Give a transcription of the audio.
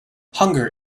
hunger